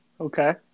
Okay